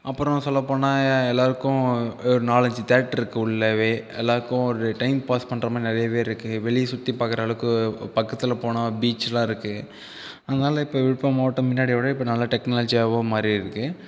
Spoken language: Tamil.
அப்புறம் சொல்லப்போனால் எல்லாருக்கும் நாலஞ்சு தியேட்டருக்கு உள்ளவே எல்லாருக்கும் ஒரு டைம் பாஸ் பண்ணுற மாதிரி நிறையவே இருக்கு வெளியே சுற்றி பார்க்குற அளவுக்கு பக்கத்தில் போன பீச் எல்லா இருக்கு அதனால் இப்போ விழுப்புரம் மாவட்டம் முன்னாடிய விட நல்லா டெக்னாலஜியாக மாறி இருக்கு